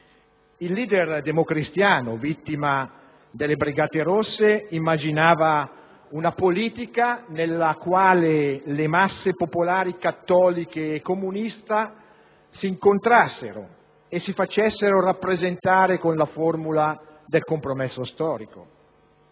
Il leader democristiano, vittima delle brigate rosse, immaginava una politica nella quale le masse popolari cattoliche e comuniste si incontrassero e si facessero rappresentare con la formula del compromesso storico.